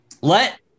Let